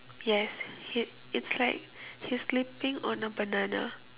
yes he it's like he's slipping on a banana